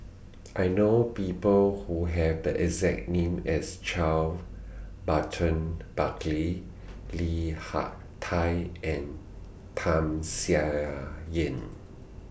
I know People Who Have The exact name as Charles Burton Buckley Li Hak Tai and Tham Sien Yen